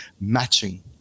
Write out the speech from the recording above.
matching